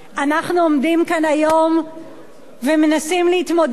אנחנו עומדים כאן היום ומנסים להתמודד עם